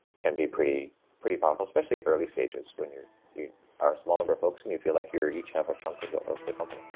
can be pretty pretty viable, especially at early stages when you you are a small number of folks and you feel like you each have a chunk of the company